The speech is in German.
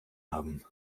haben